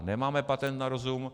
Nemáme patent na rozum.